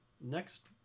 next